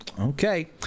Okay